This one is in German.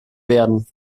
werden